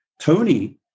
Tony